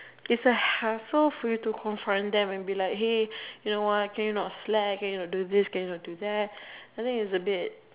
it's a hassle for you to confront them and be like hey you know can you not slack can you not do this can you not do that I think it's a bit